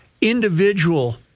individual